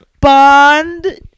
Bond